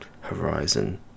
Horizon